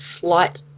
slight